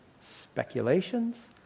speculations